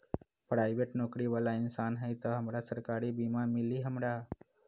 Private नौकरी बाला इंसान हई त हमरा सरकारी बीमा मिली हमरा?